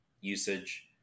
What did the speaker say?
usage